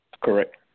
Correct